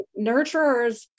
nurturers